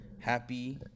happy